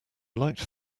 liked